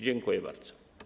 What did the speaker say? Dziękuję bardzo.